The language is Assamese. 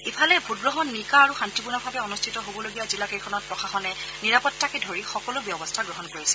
ইফালে ভোটগ্ৰহণ নিকা আৰু শান্তিপূৰ্ণভাৱে অনুষ্ঠিত হ'বলগীয়া জিলাকেইখনত প্ৰশাসনে নিৰাপত্তাকে ধৰি সকলো ব্যৱস্থা গ্ৰহণ কৰিছে